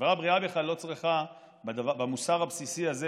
חברה בריאה בכלל לא צריכה, במוסר הבסיסי הזה